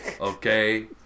okay